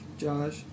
Josh